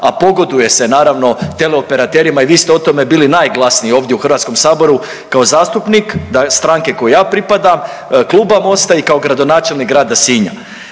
a pogoduje se naravno teleoperaterima i vi ste o tome bili najglasnije ovdje u HS kao zastupnik stranke kojoj i ja pripadam, Kluba Mosta i kao gradonačelnik grada Sinja.